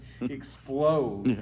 explode